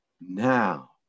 now